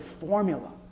formula